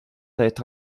être